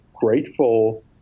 grateful